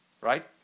Right